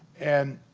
and